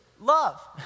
love